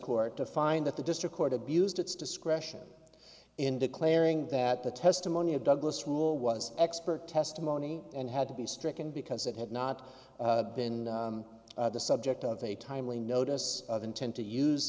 court to find that the district court abused its discretion in declaring that the testimony of douglas rule was expert testimony and had to be stricken because it had not been the subject of a timely notice of intent to